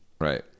Right